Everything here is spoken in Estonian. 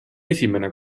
esimene